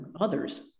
others